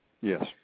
Yes